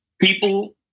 people